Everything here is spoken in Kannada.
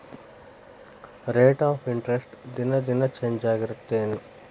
ರೇಟ್ ಆಫ್ ಇಂಟರೆಸ್ಟ್ ದಿನಾ ದಿನಾ ಚೇಂಜ್ ಆಗ್ತಿರತ್ತೆನ್